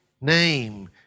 name